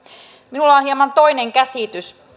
minulla on hieman toinen käsitys